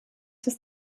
des